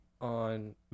on